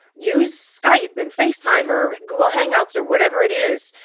use skype and face time or google hangouts or whatever it is,